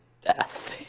death